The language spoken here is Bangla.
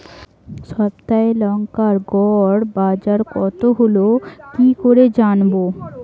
সপ্তাহে লংকার গড় বাজার কতো হলো কীকরে জানবো?